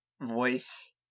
voice